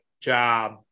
job